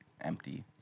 empty